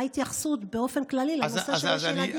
ההתייחסות באופן כללי לנושא כשיש ילדים.